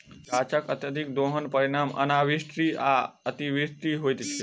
गाछकअत्यधिक दोहनक परिणाम अनावृष्टि आ अतिवृष्टि होइत छै